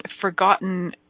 forgotten